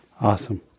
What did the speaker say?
awesome